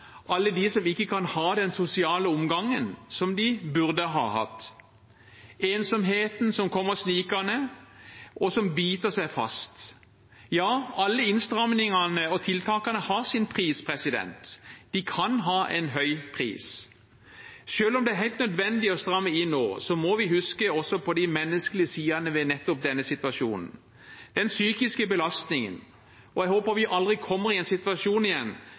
alle som ikke kan ha den sosiale omgangen de burde hatt – ensomheten som kommer snikende, og som biter seg fast. Alle innstrammingene og tiltakene har sin pris. De kan ha en høy pris. Selv om det er helt nødvendig å stramme inn nå, må vi også huske på de menneskelig sidene ved denne situasjonen, den psykiske belastningen. Jeg håper vi aldri igjen kommer i en situasjon